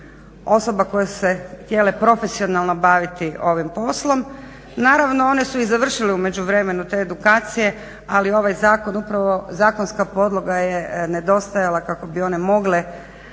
osoba koje su se htjele profesionalno baviti ovim poslom. Naravno one su i završile u međuvremenu te edukacije ali ovaj zakon upravo zakonska podloga je nedostajala kako bi one mogle